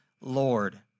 Lord